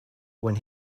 when